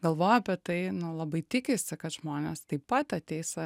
galvojau apie tai nu labai tikisi kad žmonės taip pat ateis